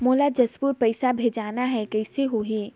मोला जशपुर पइसा भेजना हैं, कइसे होही?